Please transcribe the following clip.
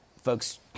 folks